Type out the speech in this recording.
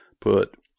put